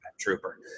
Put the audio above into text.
trooper